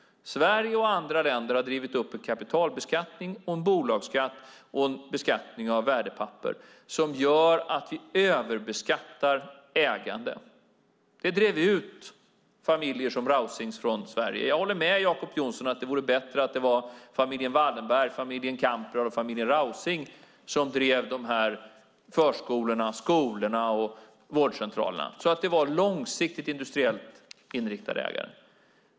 Sverige och andra länder har drivit upp en kapitalbeskattning, en bolagsskatt och en beskattning av värdepapper som gör att vi överbeskattar ägande. Det drev ut familjer som Rausings från Sverige. Jag håller med Jacob Johnson om att det vore bättre om det var familjen Wallenberg, familjen Kamprad och familjen Rausing som drev de här förskolorna, skolorna och vårdcentralerna, så att det var långsiktigt industriellt inriktade ägare.